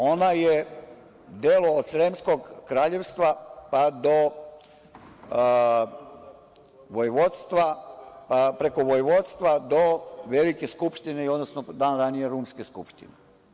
Ona je delo od sremskog kraljevstva, pa do vojvodstva do velike skupštine, odnosno dan ranije rumske skupštine.